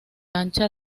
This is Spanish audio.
ancha